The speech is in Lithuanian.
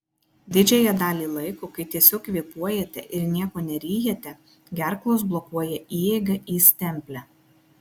didžiąją dalį laiko kai tiesiog kvėpuojate ir nieko neryjate gerklos blokuoja įeigą į stemplę